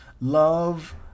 Love